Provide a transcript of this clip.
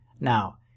Now